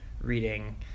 reading